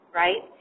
right